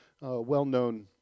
well-known